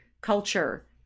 culture